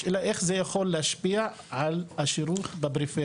השאלה היא איך זה יכול להשפיע על השירות בפריפריה,